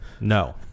no